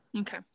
Okay